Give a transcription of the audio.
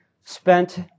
spent